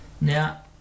Now